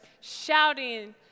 shouting